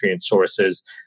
sources